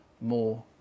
more